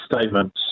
statements